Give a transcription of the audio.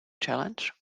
challenge